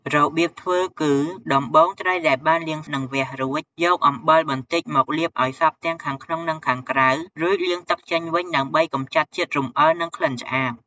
របៀបធ្វើគឺ ដំបូងត្រីដែលបានលាង និងវះរួច យកអំបិលបន្តិចមកលាបឲ្យសព្វទាំងខាងក្នុង និងខាងក្រៅ រួចលាងទឹកចេញវិញដើម្បីកម្ចាត់ជាតិរំអិល និងក្លិនឆ្អាប។